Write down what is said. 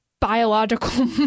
biological